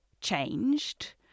changed